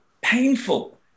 painful